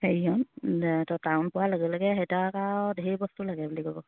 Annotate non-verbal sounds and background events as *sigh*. *unintelligible* town পোৱাৰ লগে লগে সিহঁতক আৰু ধেৰ বস্তু লাগে বুলি ক'ব